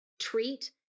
treat